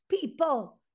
people